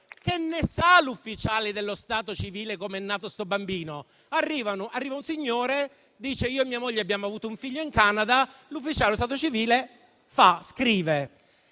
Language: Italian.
che ne sa l'ufficiale dello stato civile di come è nato il bambino? Arriva un signore e dice: «Io e mia moglie abbiamo avuto un figlio in Canada» e l'ufficiale dello stato civile scrive.